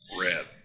Red